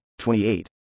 28